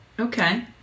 Okay